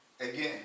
Again